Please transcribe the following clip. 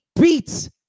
beats